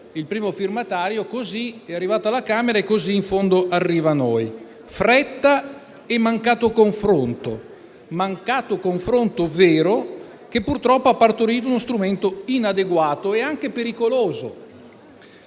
il primo firmatario, così è arrivato alla Camera e così arriva a noi. Fretta e mancato confronto; mancato confronto vero che purtroppo ha partorito uno strumento inadeguato e anche pericoloso.